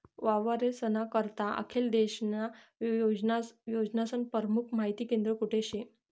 वावरेस्ना करता आखेल देशन्या योजनास्नं परमुख माहिती केंद्र कोठे शे?